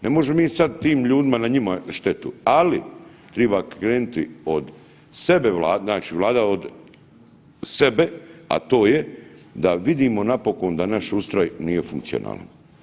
Ne možemo sad tim ljudima na njima štetu, ali triba krenuti od sebe, znači Vlada od sebe, a to je da vidimo napokon da naš ustroj nije funkcionalan.